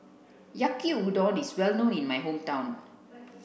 Yaki Udon is well known in my hometown